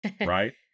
Right